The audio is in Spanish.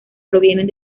provienen